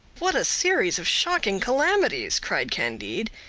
what a series of shocking calamities! cried candide.